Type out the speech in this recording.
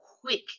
quick